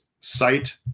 site